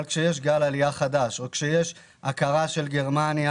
אבל כשיש גל עלייה חדש או כשיש הכרה של גרמניה